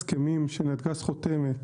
הסכמים שנתג"ז חותמת